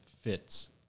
fits